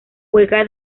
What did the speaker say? juega